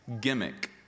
gimmick